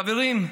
חברים,